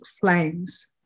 flames